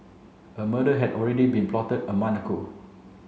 a murder had already been plotted a month ago